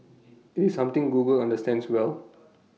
IT is something Google understands well